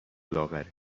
لاغره